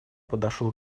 подошел